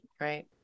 Right